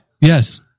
Yes